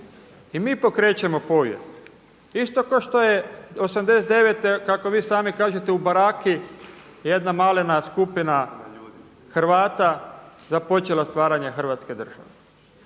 I mi pokrećemo povijest isto kao što je '89. kako vi sami kažete u baraki jedna malena skupina Hrvata započela stvaranje Hrvatske države.